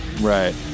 right